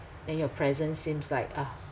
then your presence seems like